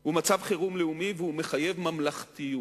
הוא מצב חירום לאומי, והוא מחייב ממלכתיות.